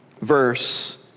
verse